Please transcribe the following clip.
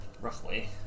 roughly